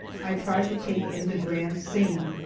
i tried to take in the grand scene.